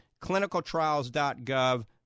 clinicaltrials.gov